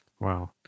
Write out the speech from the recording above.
Wow